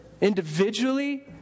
individually